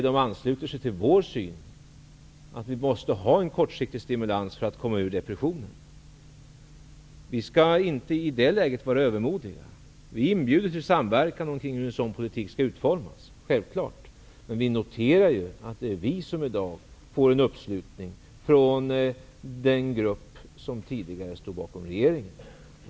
De ansluter sig till vår syn att det fordras en kortsiktig stimulans för att komma ur depressionen. Vi skall inte i det läget vara övermodiga. Vi inbjuder till samverkan omkring hur en sådan politik skall utformas, självklart, men vi noterar ju att det är vi som i dag får uppslutning från den grupp som tidigare stod bakom regeringen.